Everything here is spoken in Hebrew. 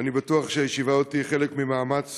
ואני בטוח שהישיבה עוד תהיה חלק ממאמץ